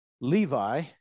Levi